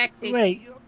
wait